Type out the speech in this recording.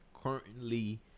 currently